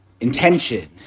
intention